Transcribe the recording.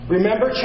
Remember